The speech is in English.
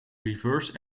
reverse